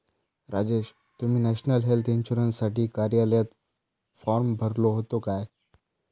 राजेश, तुम्ही national health इन्शुरन्ससाठी कार्यालयात फॉर्म भरलो होतो काय?